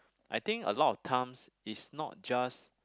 I think a lot of times it's not just